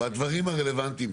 בדברים הרלוונטיים.